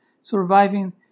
surviving